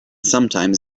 sometimes